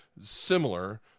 similar